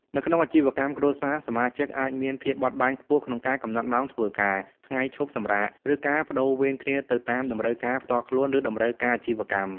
នៅក្នុងអាជីវកម្មគ្រួសារ សមាជិកអាចមានភាពបត់បែនខ្ពស់ក្នុងការកំណត់ម៉ោងធ្វើការ ថ្ងៃឈប់សម្រាក ឬការប្តូរវេនគ្នាទៅតាមតម្រូវការផ្ទាល់ខ្លួន ឬតម្រូវការអាជីវកម្ម។